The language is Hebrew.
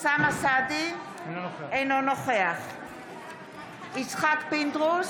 אינו נוכח יצחק פינדרוס,